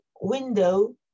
window